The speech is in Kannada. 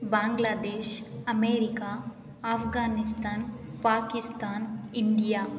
Bangladesh America Afghanistan Pakistan India